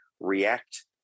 react